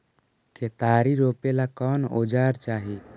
केतारी रोपेला कौन औजर चाही?